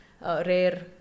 rare